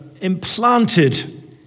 implanted